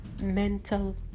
mental